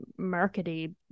markety